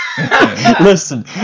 Listen